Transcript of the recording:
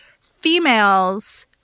females